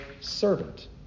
servant